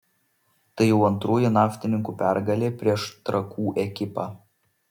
tai jau antroji naftininkų pergalė prieš trakų ekipą